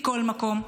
מכל מקום.